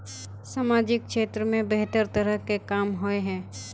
सामाजिक क्षेत्र में बेहतर तरह के काम होय है?